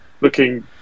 looking